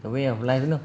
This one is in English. the way of life you know